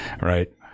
right